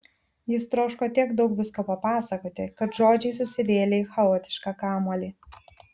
jis troško tiek daug visko papasakoti kad žodžiai susivėlė į chaotišką kamuolį